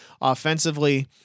offensively